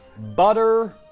Butter